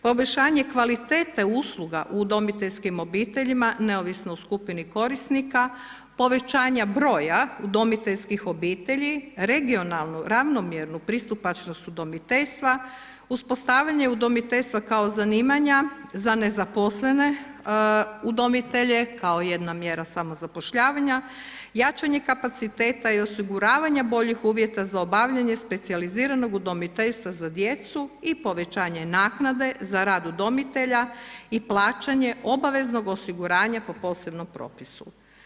Poboljšanje kvalitete usluga u udomiteljskim obiteljima neovisno o skupini korisnika, povećanja broja udomiteljskih obitelji, regionalnu, ravnomjernu pristupačnost udomiteljstva, uspostavljanje udomiteljstva kao zanimanja za nezaposlene udomitelje kao jedna mjera samozapošljavanja, jačanje kapaciteta i osiguravanje boljih uvjeta za obavljanje specijaliziranog udomiteljstva za djecu i povećanje naknade za rad udomitelja i plaćanje obaveznog osiguranja po posebnom propisu.